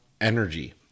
energy